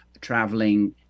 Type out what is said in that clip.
traveling